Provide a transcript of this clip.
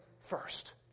first